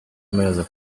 amaherezo